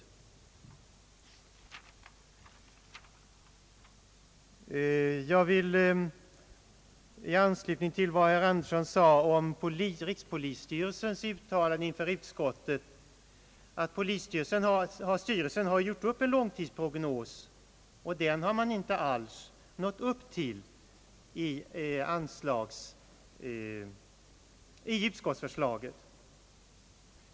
sade om rikspolisstyrelsens uttalanden inför utskottet vill jag framhålla att styrelsen har gjort en långtidsprognos, och den har man inte nått upp till i utskottsförslaget.